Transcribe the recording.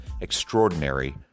extraordinary